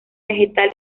vegetal